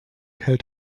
hält